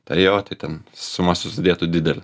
ta jo tai ten suma susidėtų didelė